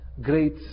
great